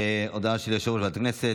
ההודעה של יושב-ראש ועדת הכנסת.